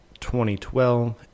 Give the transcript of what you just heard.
2012